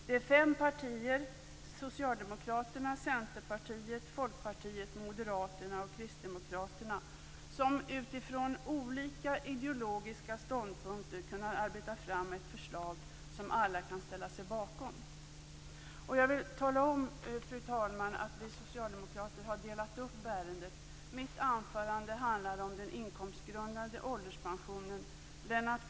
Det är fem partier - Socialdemokraterna, Centerpartiet, Folkpartiet, Moderaterna och Kristdemokraterna - som utifrån olika ideologiska ståndpunkter kunnat arbeta fram ett förslag som alla kan ställa sig bakom. Jag vill tala om, fru talman, att vi socialdemokrater har delat upp ärendet. Mitt anförande handlar om den inkomstgrundade ålderspensionen.